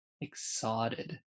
excited